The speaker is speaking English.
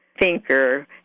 thinker